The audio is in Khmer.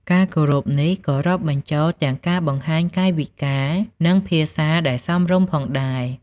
ការគោរពនេះក៏រាប់បញ្ចូលទាំងការបង្ហាញកាយវិការ និងភាសាដែលសមរម្យផងដែរ។